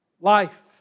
life